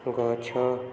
ଗଛ